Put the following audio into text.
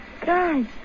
Guys